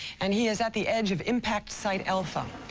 and he is at the edge of impact site alpha.